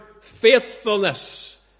faithfulness